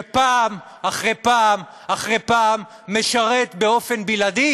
שפעם אחרי פעם אחרי פעם משרת באופן בלעדי